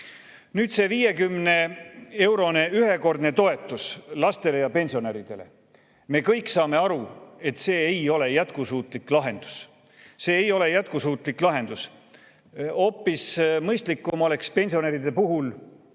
ühte senti. Ühekordne 50‑eurone toetus lastele ja pensionäridele – me kõik saame aru, et see ei ole jätkusuutlik lahendus. See ei ole jätkusuutlik lahendus! Hoopis mõistlikum oleks pensionäride puhul